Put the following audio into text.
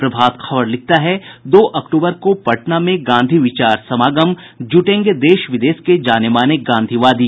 प्रभात खबर लिखता है दो अक्टूबर को पटना में गांधी विचार समागम जुटेंगे देश विदेश के जाने माने गांधीवादी